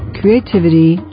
creativity